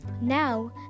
Now